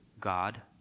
God